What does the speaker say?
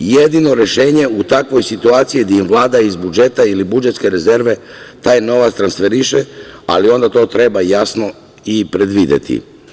Jedino rešenje u takvoj situaciji da ima Vlada iz budžeta ili budžetske rezerve taj novac transferiše ali onda to treba jasno i predvideti.